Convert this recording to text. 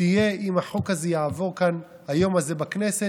תהיה אם החוק הזה יעבור כאן היום בכנסת.